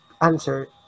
answer